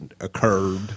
occurred